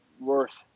worth